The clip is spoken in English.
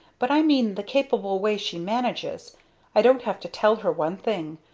but i mean the capable way she manages i don't have to tell her one thing,